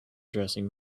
dressing